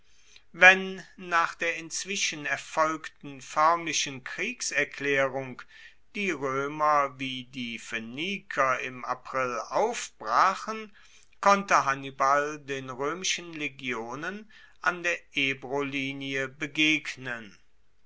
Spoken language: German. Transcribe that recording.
wenn nach der inzwischen erfolgten foermlichen kriegserklaerung die roemer wie die phoeniker im april aufbrachen konnte hannibal den roemischen legionen an der ebrolinie begegnen